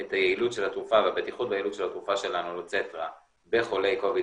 את היעילות והבטיחות של התרופה שלנו אלוצטרה בחולי 19-COVID,